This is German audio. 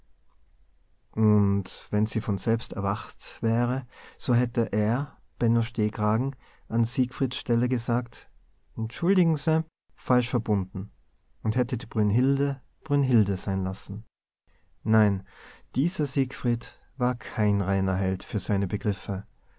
und wenn sie von selbst erwacht wäre so hätte er benno stehkragen an siegfrieds stelle gesagt entschuldigen se falsch verbunden und hätte die brünhilde brünhilde sein lassen nein dieser siegfried war kein reiner held für seine begriffe